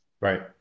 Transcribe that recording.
Right